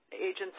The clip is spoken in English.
agents